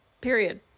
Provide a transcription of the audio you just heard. Period